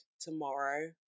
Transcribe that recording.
tomorrow